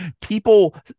people